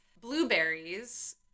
blueberries